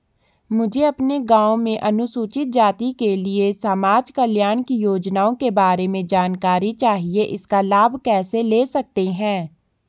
मुझे अपने गाँव में अनुसूचित जाति के लिए समाज कल्याण की योजनाओं के बारे में जानकारी चाहिए इसका लाभ कैसे ले सकते हैं?